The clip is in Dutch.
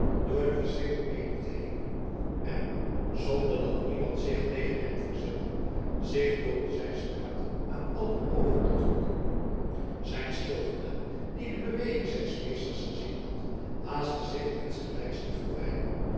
door de verschrikte menigte heendrong en zonder dat iemand zich tegen hem verzette zich door een zijstraat aan aller oogen onttrok zijn schildknaap die de beweging zijns meesters gezien had haastte zich insgelijks te verdwijnen